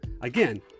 Again